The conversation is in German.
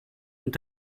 und